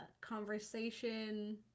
conversation